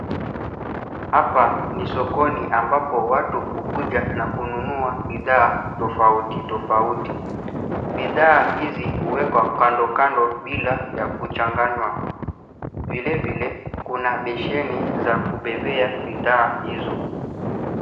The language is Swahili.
Hapa ni sokoni ambapo watu huja na kununua bidhaa tofauti tofauti. Bidhaa hizi huwekwa kando bila ya kuchanganywa. Vilevile, kuna besheni, za kubebea bidhaa hizo.